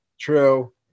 True